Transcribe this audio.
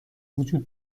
وجود